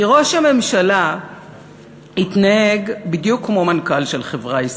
כי ראש הממשלה התנהג בדיוק כמו מנכ"ל של חברה עסקית.